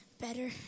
better